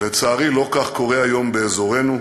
לצערי לא כך קורה היום באזורנו.